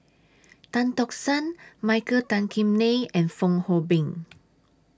Tan Tock San Michael Tan Kim Nei and Fong Hoe Beng